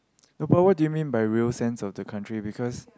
no but what do you mean by real sense of the country because